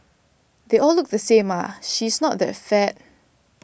they all look the same ah she's not that fat